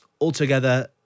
altogether